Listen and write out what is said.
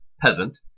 peasant